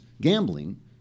gambling